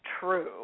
true